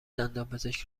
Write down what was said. دندانپزشک